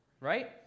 right